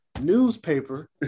newspaper